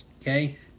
Okay